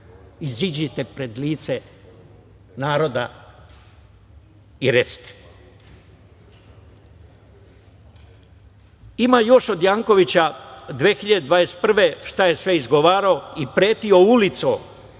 Izađite pred lice naroda i recite. Ima još od Jankovića 2021. godine šta je sve izgovarao i pretio ulicom